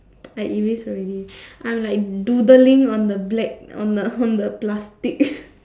I erase already I'm like doodling on the black on the on the plastic